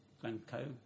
Glencoe